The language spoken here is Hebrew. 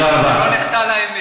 שלא נחטא לאמת.